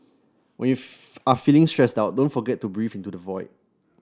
when you are feeling stressed out don't forget to breathe into the void